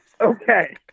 Okay